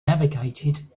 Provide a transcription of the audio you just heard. navigated